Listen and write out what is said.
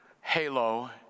halo